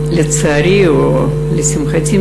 לצערי או לשמחתי,